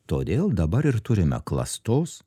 todėl dabar ir turime klastos